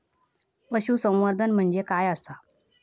पशुसंवर्धन म्हणजे काय आसा?